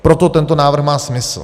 Proto tento návrh má smysl.